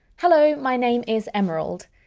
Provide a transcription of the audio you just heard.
hello, my name is emerald.